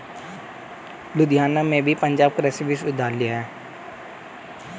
लुधियाना में भी पंजाब कृषि विश्वविद्यालय है